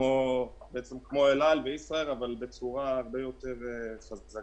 כמו אל על וישראייר, אבל בצורה הרבה יותר חזקה.